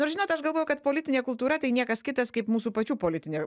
ir žinot aš galvoju kad politinė kultūra tai niekas kitas kaip mūsų pačių politinė